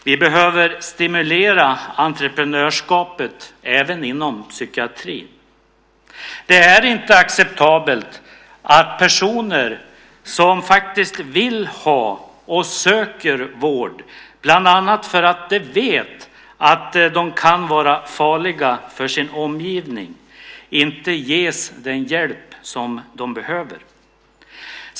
Vi behöver stimulera entreprenörskapet även inom psykiatrin. Det är inte acceptabelt att personer som faktiskt vill ha och söker vård, bland annat för att de vet att de kan vara farliga för sin omgivning, inte ges den hjälp som de behöver.